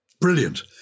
brilliant